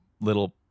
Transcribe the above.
little